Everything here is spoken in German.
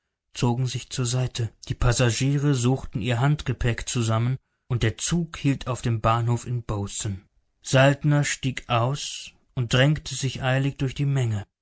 zogen sich zur seite die passagiere suchten ihr handgepäck zusammen und der zug hielt auf dem bahnhof in bozen saltner stieg aus und drängte sich eilig durch die menge